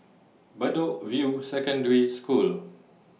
Bedok View Secondary School